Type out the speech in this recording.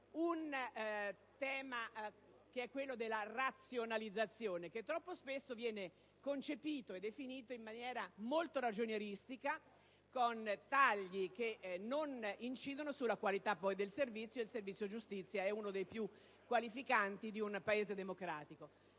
un tema quale quello della razionalizzazione, che troppo spesso viene concepito e definito in maniera molto ragionieristica con tagli che non incidono sulla qualità del servizio, quando il servizio giustizia è uno dei più qualificanti di un Paese democratico.